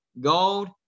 Gold